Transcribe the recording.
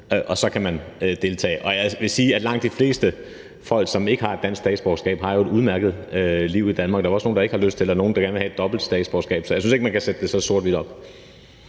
og så vil man kunne deltage. Jeg vil sige, at langt de fleste folk, som ikke har et dansk statsborgerskab, jo har et udmærket liv i Danmark, og der er også nogle, der ikke har lyst til det, og der er nogle, der gerne vil have et dobbelt statsborgerskab, så jeg synes ikke, man kan sætte det så sort-hvidt op.